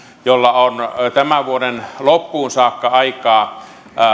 jolla on tämän vuoden loppuun saakka aikaa